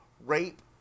rape